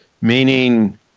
Meaning